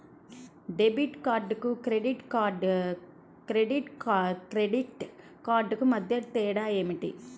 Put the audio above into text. Debit కార్డుకు credit క్రెడిట్ కార్డుకు మధ్య తేడా ఏమిటీ?